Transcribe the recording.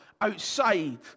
outside